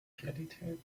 realitäten